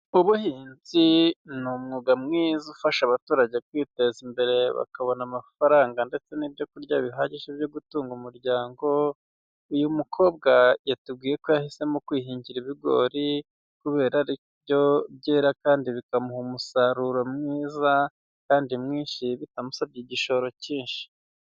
Ubuhinzi ni umwuga mwiza ufasha abaturage kwiteza imbere bakabona amafaranga ndetse n'ibyo kurya bihagije byo gutunga umuryango, uyu mukobwa yatubwiye ko yahisemo kwihingira ibigori, kubera ari byo byera kandi bikamuha umusaruro mwiza kandi mwinshi bitamusabye igishoro kinshi.